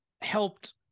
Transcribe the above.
helped